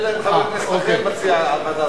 אלא אם חבר כנסת אחר מציע ועדת עלייה.